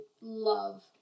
love